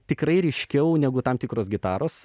tikrai ryškiau negu tam tikros gitaros